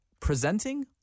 Presenting